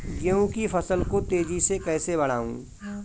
गेहूँ की फसल को तेजी से कैसे बढ़ाऊँ?